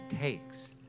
takes